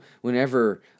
whenever